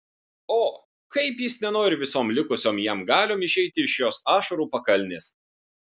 o kaip jis nenori visom likusiom jam galiom išeiti iš šios ašarų pakalnės